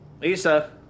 Lisa